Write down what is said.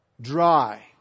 dry